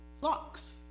flocks